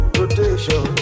rotation